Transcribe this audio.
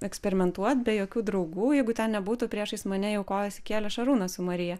eksperimentuot be jokių draugų jeigu ten nebūtų priešais mane jau kojos įkėlę šarūnas su marija